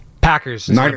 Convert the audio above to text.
Packers